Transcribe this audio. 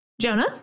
Jonah